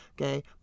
okay